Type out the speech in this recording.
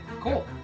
Cool